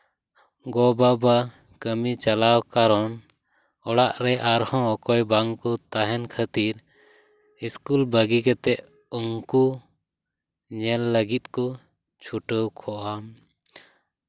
ᱜᱚ ᱵᱟᱵᱟ ᱠᱟᱹᱢᱤ ᱪᱟᱞᱟᱣ ᱠᱟᱨᱚᱱ ᱚᱲᱟᱜ ᱨᱮ ᱟᱨᱦᱚᱸ ᱚᱠᱚᱭ ᱵᱟᱝᱠᱚ ᱛᱟᱦᱮᱱ ᱠᱷᱟᱹᱛᱤᱨ ᱤᱥᱠᱩᱞ ᱵᱟᱹᱜᱤ ᱠᱟᱛᱮᱫ ᱩᱱᱠᱩ ᱧᱮᱞ ᱞᱟᱹᱜᱤᱫ ᱠᱚ ᱪᱷᱩᱴᱟᱹᱣ ᱠᱚᱜᱼᱟ